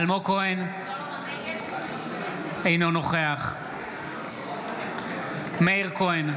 אינו נוכח מאיר כהן,